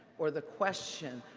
or the question,